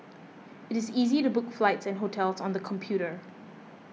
it is easy to book flights and hotels on the computer